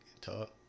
talk